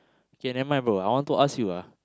okay nevermind bro I want to ask ah